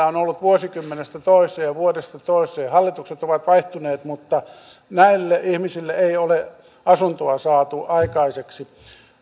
on ollut vuosikymmenestä toiseen vuodesta toiseen hallitukset ovat vaihtuneet mutta näille ihmisille ei ole asuntoa saatu aikaiseksi